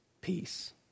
peace